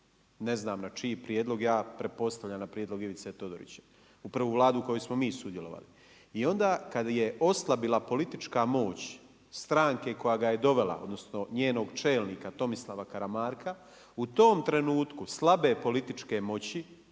ne znam na čiji prijedlog, ja pretpostavljam na prijedlog Ivice Todorića. U prvu Vladu u kojoj smo mi sudjelovali. I onda kad je oslabila politička moć stranke koja ga je dovela odnosno njenog čelnika, Tomislava Karamarka, u tom trenutku slabe političke moći